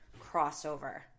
crossover